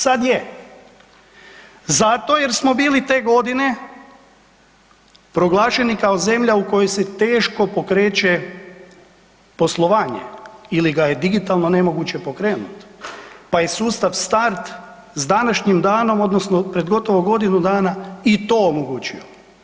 Sad je. zato jer smo bili te godine proglašeni kao zemlja u kojoj se teško pokreće poslovanje ili ga je digitalno nemoguće pokrenuti pa je sustav start s današnji danom odnosno pred gotovo godinu dana, i to omogućio.